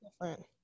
different